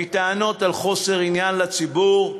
מטענות על חוסר עניין לציבור,